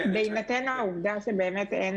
בהינתן העובדה שבאמת אין